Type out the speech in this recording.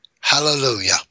hallelujah